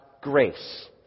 grace